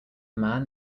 man